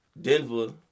Denver